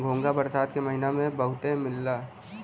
घोंघा बरसात के महिना में बहुते मिलला